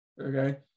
Okay